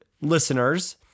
listeners